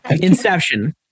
inception